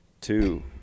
two